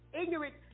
ignorant